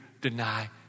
deny